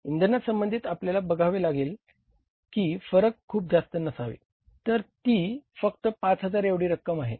इंधनासंबंधी आपल्याला बघावे लागेल की फरक खूप जास्त नसावे तर ती फक्त 5000 एवढी रक्कम आहे